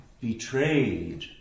betrayed